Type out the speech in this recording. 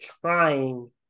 trying